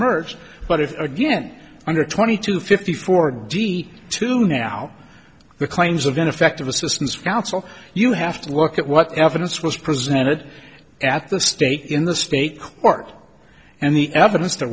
merged but if again under twenty two fifty four d to now the claims of ineffective assistance of counsel you have to look at what evidence was presented at the state in the state court and the evidence that